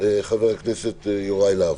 חבר הכנסת יוראי להב.